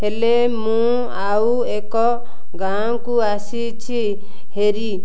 ହେଲେ ମୁଁ ଆଉ ଏକ ଗାଁକୁ ଆସିଛି ହେରି